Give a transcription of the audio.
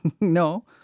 No